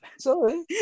Sorry